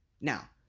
Now